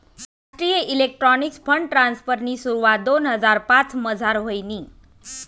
राष्ट्रीय electronics fund ट्रान्स्फरनी सुरवात दोन हजार पाचमझार व्हयनी